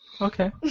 Okay